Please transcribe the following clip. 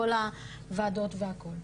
בכל הוועדות והכול.